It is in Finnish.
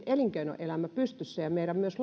elinkeinoelämämme pystyssä ja myös